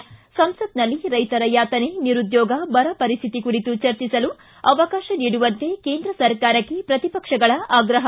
ಿಗಿಸಂಸತ್ನಲ್ಲಿ ರೈತರ ಯಾತನೆ ನಿರುದ್ಯೋಗ ಬರಪರಿಸ್ಥಿತಿ ಕುರಿತು ಚರ್ಚಿಸಲು ಅವಕಾಶ ನೀಡುವಂತೆ ಕೇಂದ್ರ ಸರ್ಕಾರಕ್ಕೆ ಪ್ರತಿಪಕ್ಷಗಳ ಆಗ್ರಹ